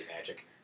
magic